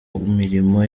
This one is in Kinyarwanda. mirimo